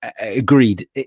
agreed